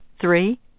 three